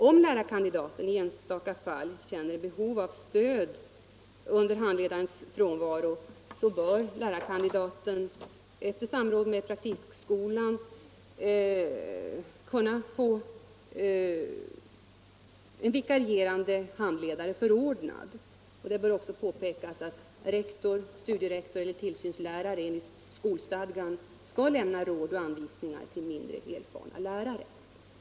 Om lärarkandidaten i enstaka fall känner behov av stöd under handledarens frånvaro, bör lärarkandidaten efter samråd med praktikskolan kunna få en vikarierande handledare förordnad. Det bör också påpekas att rektor, studierektor eller tillsynslärare enligt skolstadgan skall lämna råd och anvisningar till mindre erfarna lärare.